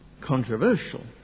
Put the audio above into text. controversial